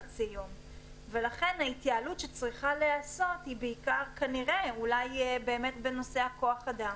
ולכן ההתייעלות שצריכה להיעשות היא כנראה בנושא כוח האדם.